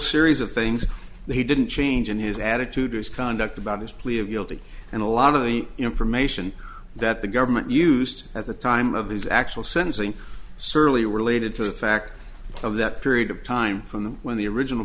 series of things they didn't change in his attitude his conduct about his plea of guilty and a lot of the information that the government used at the time of his actual sentencing certainly related to the fact of that period of time from the when the original